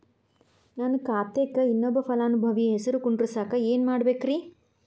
ನನ್ನ ಖಾತೆಕ್ ಇನ್ನೊಬ್ಬ ಫಲಾನುಭವಿ ಹೆಸರು ಕುಂಡರಸಾಕ ಏನ್ ಮಾಡ್ಬೇಕ್ರಿ?